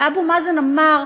ואבו מאזן אמר: